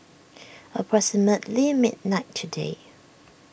approximately midnight today